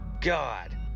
God